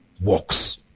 works